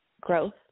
growth